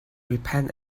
repent